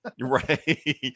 Right